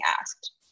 asked